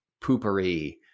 Poopery